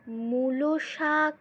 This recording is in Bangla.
মূলো শাক